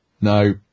no